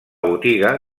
botiga